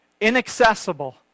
inaccessible